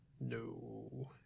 No